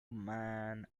man